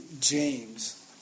James